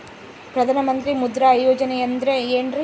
ಪ್ರಧಾನ ಮಂತ್ರಿ ಮುದ್ರಾ ಯೋಜನೆ ಅಂದ್ರೆ ಏನ್ರಿ?